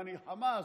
יעני חמאס,